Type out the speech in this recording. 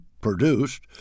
produced